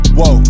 whoa